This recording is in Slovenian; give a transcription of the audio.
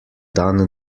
dan